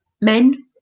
men